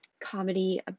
comedy